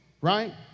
right